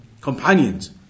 companions